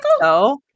No